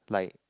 like